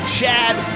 Chad